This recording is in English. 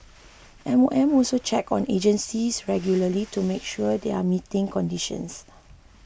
M O M also checks on agencies regularly to make sure they are meeting conditions